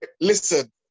listen